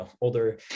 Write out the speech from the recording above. older